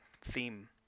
theme